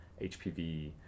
hpv